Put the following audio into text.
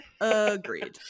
agreed